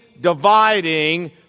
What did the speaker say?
dividing